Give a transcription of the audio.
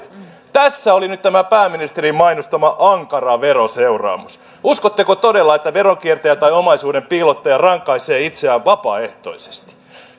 tässä oli nyt tämä pääministerin mainostama ankara veroseuraamus uskotteko todella että veronkiertäjä tai omaisuuden piilottaja rankaisee itseään vapaaehtoisesti